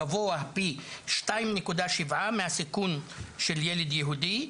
גבוה פי 2.7 מהסיכון של ילד יהודי,